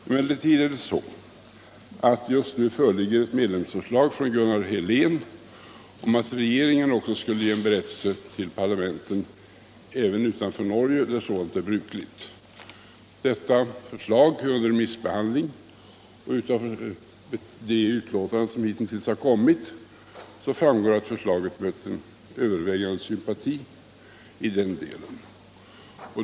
Emellertid föreligger just nu ett medlemsförslag från Gunnar Helén om att regeringen också skulle avge berättelse till parlamenten, även utanför Norge, där sådant är brukligt. Detta förslag är under remissbehandling, och av de yttranden som hitintills har inkommit framgår att förslaget mött övervägande sympati i den delen.